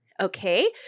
Okay